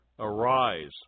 Arise